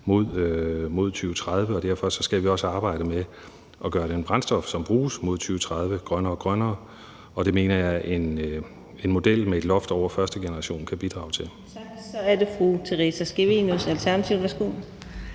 mod 2030, og derfor skal vi også arbejde for at gøre det brændstof, som bruges frem mod 2030, grønnere og grønnere, og det mener jeg at en model med et loft over første generation kan bidrage til. Kl. 17:34 Fjerde næstformand